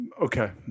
Okay